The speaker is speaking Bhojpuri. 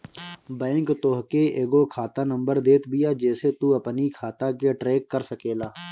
बैंक तोहके एगो खाता नंबर देत बिया जेसे तू अपनी खाता के ट्रैक कर सकेला